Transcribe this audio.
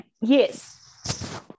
yes